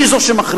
היא זו שמכריעה.